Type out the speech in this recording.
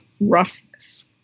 roughness